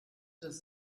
dass